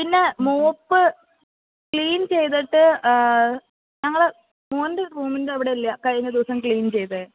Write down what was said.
പിന്നെ mop clean ചെയ്തിട്ട് ഞങ്ങൾ മകൻ്റെ റൂമിൻ്റെ അവിടെ അല്ലേ കഴിഞ്ഞ ദിവസം ക്ലീൻ ചെയ്തത്